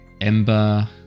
Ember